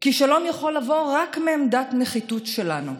כי שלום יכול לבוא רק מעמדת נחיתות שלנו,